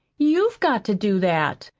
you've got to do that.